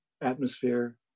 atmosphere